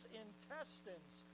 intestines